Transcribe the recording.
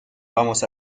vamos